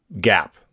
gap